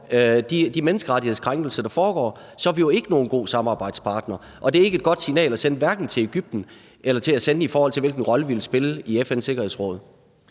menneskerettighedskrænkelser, der foregår, er vi jo ikke nogen god samarbejdspartner. Og det er ikke et godt signal at sende, hverken til Egypten eller til FN, i forhold til hvilken rolle vi vil spille i FN's Sikkerhedsråd.